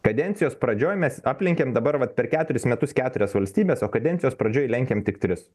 kadencijos pradžioj mes aplenkėm dabar vat per keturis metus keturias valstybes o kadencijos pradžioj lenkėm tik tris